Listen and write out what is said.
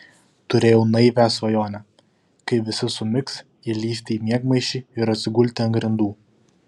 turėjau naivią svajonę kai visi sumigs įlįsti į miegmaišį ir atsigulti ant grindų